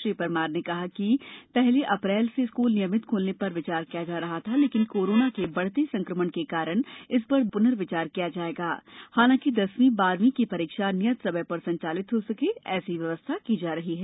श्री परमार ने कहा कि पहले अप्रैल से स्कूल नियमित खोलने पर विचार किया जा रहा था लेकिन कोराना के बढ़ते संक्रमण के कारण इस पर दोबारा पुर्नविचार किया जायेगा हालांकि दसवीं बाहरवीं की परीक्षा नियत समय पर संचालित हो सके ऐसी व्यवस्था की जा रही है